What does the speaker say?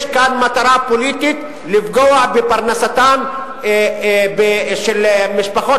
יש כאן מטרה פוליטית לפגוע בפרנסתן של משפחות